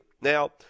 Now